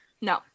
No